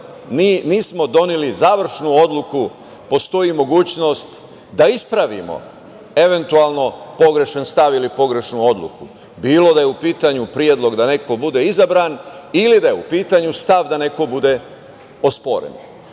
nismo doneli završnu odluku postoji mogućnost da ispravimo eventualno pogrešan stav ili pogrešnu odluku, bilo da je u pitanju predlog da neko bude izabran ili da je u pitanju stav da neko bude osporen. Ponukan